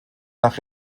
nach